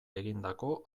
egindako